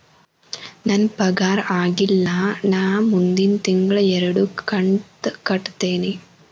ನನ್ನ ಪಗಾರ ಆಗಿಲ್ಲ ನಾ ಮುಂದಿನ ತಿಂಗಳ ಎರಡು ಕಂತ್ ಕಟ್ಟತೇನಿ